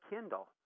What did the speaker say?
Kindle